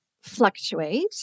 fluctuate